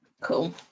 cool